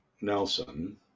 Nelson